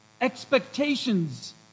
expectations